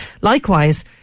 Likewise